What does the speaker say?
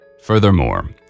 furthermore